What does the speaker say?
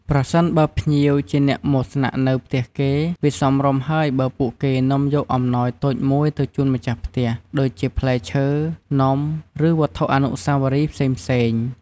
ប្រសិនបើភ្ញៀវជាអ្នកមកស្នាក់នៅផ្ទះគេ វាសមរម្យហើយបើពួកគេនាំយកអំណោយតូចមួយទៅជូនម្ចាស់ផ្ទះ ដូចជាផ្លែឈើ នំ ឬវត្ថុអនុស្សាវរីយ៍ផ្សេងៗ។